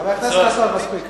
חבר הכנסת חסון, מספיק.